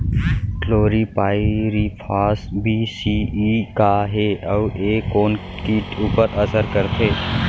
Chlorpyrifos बीस CE का हे अऊ ए कोन किट ऊपर असर करथे?